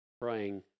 praying